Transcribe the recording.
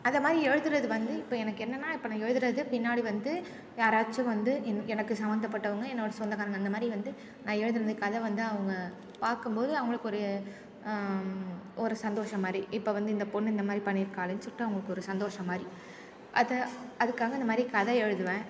அதைமாதிரி எழுதுகிறது வந்து இப்போ எனக்கென்னன்னா இப்போ நான் எழுதுகிறது பின்னாடி வந்து யாராச்சும் வந்து என் எனக்கு சம்மந்தபட்டவங்க என்னோடய சொந்தக்காரங்கள் இந்தமாதிரி வந்து நான் எழுதுகிறது கதை வந்து அவங்க பார்க்கம்போது அவங்களுக்கு ஒரு ஒரு சந்தோஷம் மாதிரி இப்போ வந்து இந்த பொண்ணு இந்தமாதிரி பண்ணியிருக்காளே சொல்லிட்டு அவங்களுக்கு ஒரு சந்தோஷம் மாதிரி அதை அதுக்காக இந்தமாதிரி கதை எழுதுவேன்